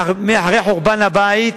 אחרי חורבן הבית,